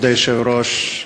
כבוד היושב-ראש,